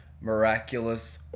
miraculous